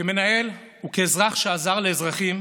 כמנהל וכאזרח שעזר לאזרחים